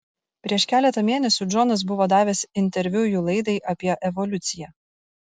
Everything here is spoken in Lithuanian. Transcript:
prieš keletą mėnesių džonas buvo davęs interviu jų laidai apie evoliuciją